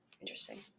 interesting